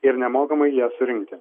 ir nemokamai jas surinkti